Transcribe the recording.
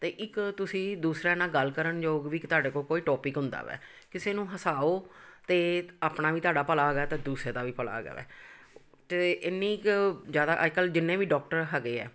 ਅਤੇ ਇੱਕ ਤੁਸੀਂ ਦੂਸਰਿਆਂ ਨਾਲ ਗੱਲ ਕਰਨ ਯੋਗ ਵੀ ਇੱਕ ਤੁਹਾਡੇ ਕੋਲ ਕੋਈ ਟੋਪਿਕ ਹੁੰਦਾ ਵੈ ਕਿਸੇ ਨੂੰ ਹਸਾਓ ਅਤੇ ਆਪਣਾ ਵੀ ਤੁਹਾਡਾ ਭਲਾ ਹੋਏਗਾ ਅਤੇ ਦੂਸਰੇ ਦਾ ਵੀ ਭਲਾ ਹੋਏਗਾ ਵੈ ਅਤੇ ਇੰਨੀ ਕੁ ਜ਼ਿਆਦਾ ਅੱਜ ਕੱਲ੍ਹ ਜਿੰਨੇ ਵੀ ਡੋਕਟਰ ਹੈਗੇ ਹੈ